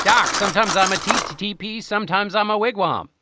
doc, sometimes i'm a tdp, sometimes i'm a wigwam.